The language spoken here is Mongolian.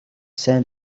сайн